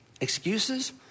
excuses